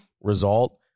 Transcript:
result